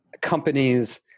companies